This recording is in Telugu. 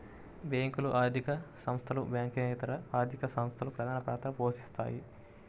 బ్యేంకులు, ఆర్థిక సంస్థలు, బ్యాంకింగేతర ఆర్థిక సంస్థలు ప్రధానపాత్ర పోషిత్తాయి